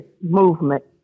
Movement